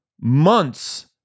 months